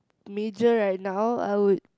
major right now I would